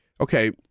Okay